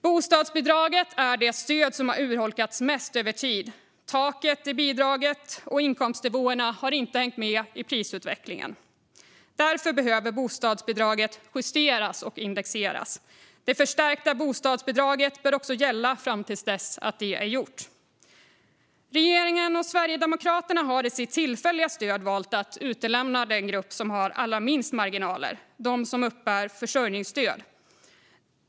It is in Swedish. Bostadsbidraget är det stöd som har urholkats mest över tid. Taket i bidraget och inkomstnivåerna har inte hängt med i prisutvecklingen, och därför behöver bostadsbidraget justeras och indexeras. Det förstärkta bostadsbidraget bör gälla fram tills detta är gjort. Regeringen och Sverigedemokraterna har i sitt tillfälliga stöd valt att utelämna den grupp som har allra minst marginaler, nämligen dem som uppbär försörjningsstöd.